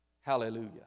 Hallelujah